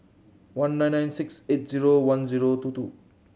one nine nine six eight zero one zero two two